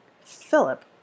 Philip